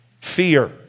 fear